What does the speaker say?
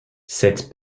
cette